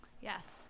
yes